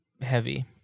heavy